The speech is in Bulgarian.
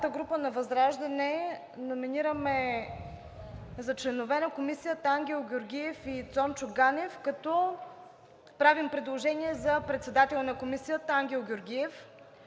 парламентарната група на ВЪЗРАЖДАНЕ номинираме за членове на Комисията Ангел Георгиев и Цончо Ганев, като правим предложение за председател на Комисията Ангел Георгиев,